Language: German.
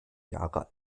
jahre